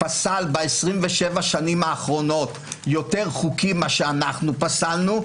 פסל ב-27 השנים האחרונות יותר חוקים ממה שאנחנו פסלנו,